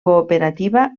cooperativa